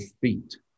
feet